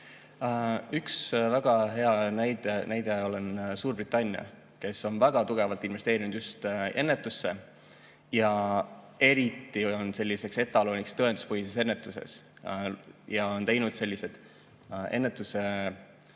Üks väga hea näide on Suurbritannia, kes on väga tugevalt investeerinud just ennetusse ja eriti on selliseks etaloniks tõenduspõhises ennetuses ja on teinud need ennetuse